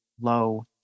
low